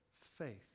faith